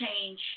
change